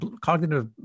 cognitive